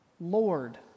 Lord